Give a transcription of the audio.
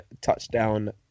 touchdown